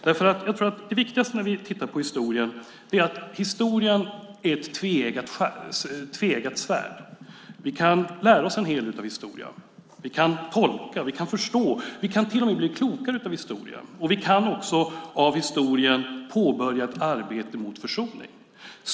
Det viktigaste när vi tittar på historien är att komma ihåg att historien är ett tveeggat svärd. Vi kan lära oss en hel del av historien. Vi kan tolka, vi kan förstå och vi kan till och med bli klokare av historien. Vi kan också av historien påbörja ett arbete mot försoning.